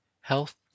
Health